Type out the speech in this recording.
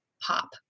pop